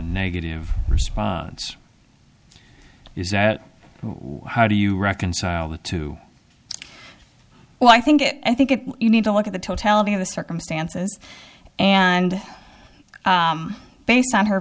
negative response is that how do you reconcile the two well i think it i think it you need to look at the totality of the circumstances and based on her